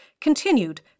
continued